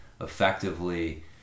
effectively